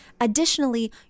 Additionally